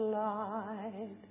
light